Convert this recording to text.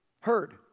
Heard